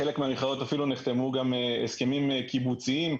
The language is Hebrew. בחלק מהמכללות אפילו נחתמו גם הסכמים קיבוציים,